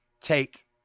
take